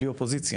בלי אופוזיציה,